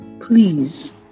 Please